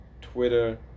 Twitter